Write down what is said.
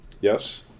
yes